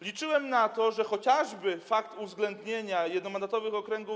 Liczyłem na to, że chociażby fakt uwzględnienia jednomandatowych okręgów.